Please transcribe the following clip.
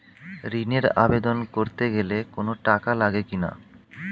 ঋণের আবেদন করতে গেলে কোন টাকা লাগে কিনা?